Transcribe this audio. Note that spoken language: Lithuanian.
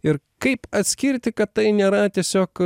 ir kaip atskirti kad tai nėra tiesiog